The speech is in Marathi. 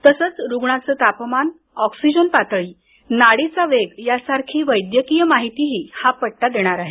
तसंच रुग्णाचं तापमान ऑक्सिजन पातळी नाडीचा वेग यासारखी वैद्यकीय माहितीही हा पट्टा देईल